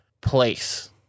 place